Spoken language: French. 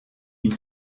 une